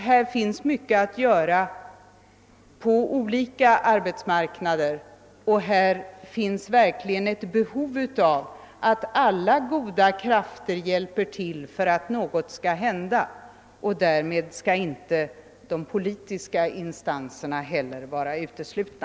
Här finns mycket att göra på olika platser i arbetslivet, och här finns verkligen ett behov av att alla goda krafter hjälper till för att något skall hända. Därmed skall inte heller de politiska instanserna vara uteslutna.